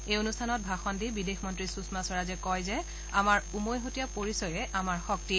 এই অনুষ্ঠানত ভাষণ দি বিদেশ মন্ত্ৰী সুযমা স্বৰাজে কয় যে আমাৰ উমৈহতীয়া পৰিচয়ে আমাৰ শক্তি